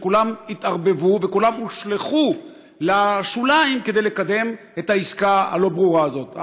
שכולם התערבבו וכולם הושלכו לשוליים כדי לקדם את העסקה הלא-ברורה הזאת.